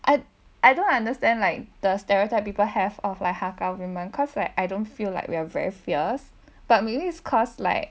I I don't understand like the stereotype people have of like har kow women cause like I don't feel like we're very fierce but maybe it's cause like